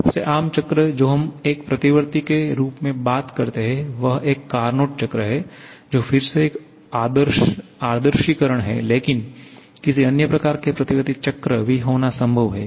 सबसे आम चक्र जो हम एक प्रतिवर्ती के रूप में बात करते हैं वह एक कार्नोट चक्र है जो फिर से एक आदर्शीकरण है लेकिन किसी अन्य प्रकार के प्रतिवर्ती चक्र भी होना संभव है